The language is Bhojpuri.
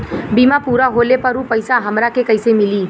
बीमा पूरा होले पर उ पैसा हमरा के कईसे मिली?